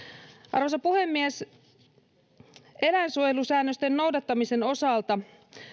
arvoisa puhemies eläinsuojelusäännösten noudattamisen osalta